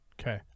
Okay